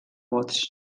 vots